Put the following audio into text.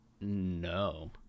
no